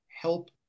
help